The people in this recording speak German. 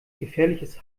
gefährliches